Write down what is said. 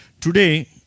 Today